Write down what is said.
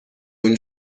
اون